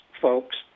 folks